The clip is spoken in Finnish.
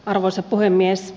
arvoisa puhemies